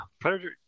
Predator